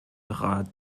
rat